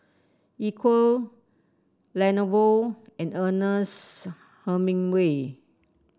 Equal Lenovo and Ernest Hemingway